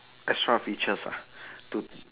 extra features ah to